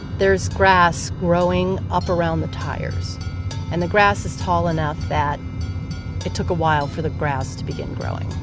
there's grass growing up around the tires and the grass is tall enough that it took awhile for the grass to begin growing.